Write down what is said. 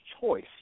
choice